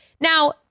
Now